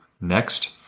next